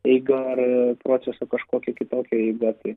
eiga ar proceso kažkokia kitokia eiga tai